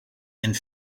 and